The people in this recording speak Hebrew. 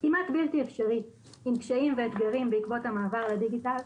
כמעט בלתי אפשרית עם קשיים ואתגרים בעקבות המעבר לדיגיטל,